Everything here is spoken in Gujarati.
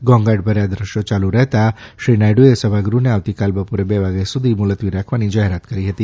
ઘોંઘાટભર્યા દ્રશ્યો ચાલુ રહેતા નાયડુએ સભાગૃહને આવતીકાલ બપોરે બે વાગ્યા સુધી મુલત્વી રાખવાની જાહેરાત કરી હતી